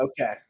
Okay